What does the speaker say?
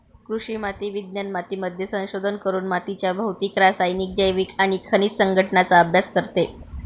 कृषी माती विज्ञान मातीमध्ये संशोधन करून मातीच्या भौतिक, रासायनिक, जैविक आणि खनिज संघटनाचा अभ्यास करते